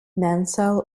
mansell